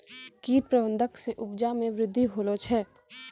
कीट प्रबंधक से उपजा मे वृद्धि होलो छै